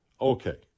Okay